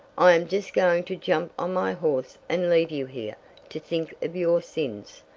i am just going to jump on my horse and leave you here to think of your sins.